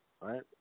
Right